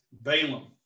Balaam